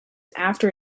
after